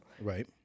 Right